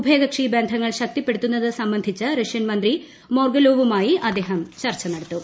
ഉഭയകക്ഷി ബന്ധങ്ങൾ ശക്തിപ്പെടുത്തുന്നത് സംബന്ധിച്ച് റഷ്യൻ മന്ത്രി മോർഗുലോവുമായി അദ്ദേഹം ചർച്ച നടത്തും